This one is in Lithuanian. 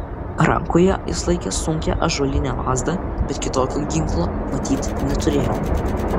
rankoje jis laikė sunkią ąžuolinę lazdą bet kitokio ginklo matyt neturėjo